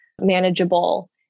manageable